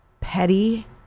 petty